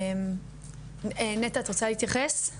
נטע, את רוצה להתייחס?